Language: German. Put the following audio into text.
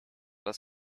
das